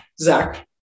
Zach